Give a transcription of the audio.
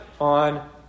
on